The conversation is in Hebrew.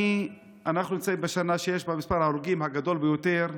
אנחנו נמצאים בשנה שיש בה מספר ההרוגים הגדול ביותר.